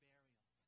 Burial